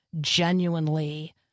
genuinely